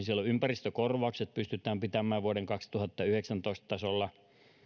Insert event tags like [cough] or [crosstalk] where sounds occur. [unintelligible] siellä pystytään ympäristökorvaukset pitämään vuoden kaksituhattayhdeksäntoista tasolla